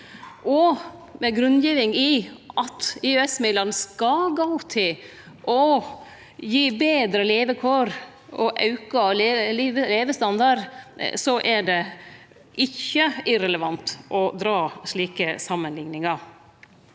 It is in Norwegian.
og med grunngiving i at EØS-midlane skal gå til å gi betre levekår og auka levestandard, er det ikkje irrelevant å dra slike samanlikningar.